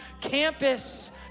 campus